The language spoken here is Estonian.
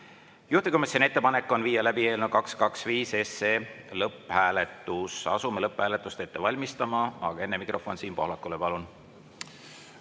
Juhtivkomisjoni ettepanek on viia läbi eelnõu 225 lõpphääletus. Asume lõpphääletust ette valmistama, aga enne mikrofon Siim Pohlakule, palun!